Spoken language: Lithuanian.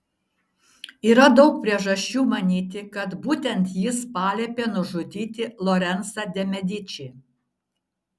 yra daug priežasčių manyti kad būtent jis paliepė nužudyti lorencą de medičį